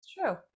True